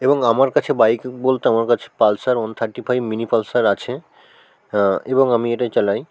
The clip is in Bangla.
এবং আমার কাছে বাইক বলতে আমার কাছে Pulsar one thirty five mini Pulsar আছে এবং আমি এটা চালাই